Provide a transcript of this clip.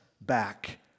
back